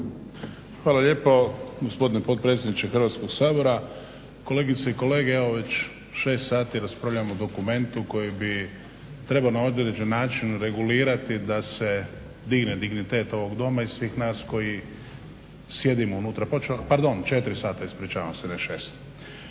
Hvala lijepo, gospodine potpredsjedniče Hrvatskog sabora. Kolegice i kolege. Evo već šest sati raspravljamo o dokumentu koji bi trebao na određen način regulirati da se digne dignitet ovog doma i svih nas koji sjedimo unutra, pardon četiri sata, ispričavam se, ne šest.